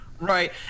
Right